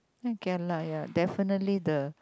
k lah ya definitely the